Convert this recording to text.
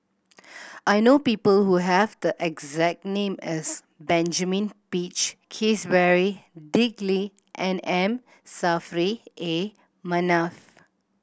I know people who have the exact name as Benjamin Peach Keasberry Dick Lee and M Saffri A Manaf